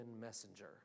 Messenger